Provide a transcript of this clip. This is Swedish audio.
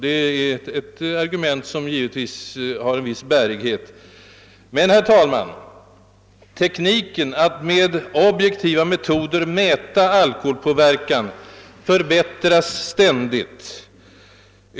Det är naturligtvis ett argument, som har en viss bärighet. Men tekniken att med objektiva metoder mäta alkoholpåverkan förbättras ständigt.